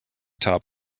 top